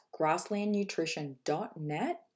grasslandnutrition.net